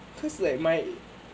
cause like my